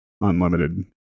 unlimited